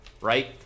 right